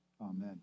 Amen